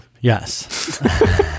yes